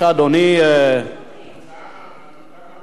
הנמקה מהמקום.